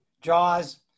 Jaws